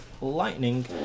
Lightning